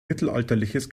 mittelalterliches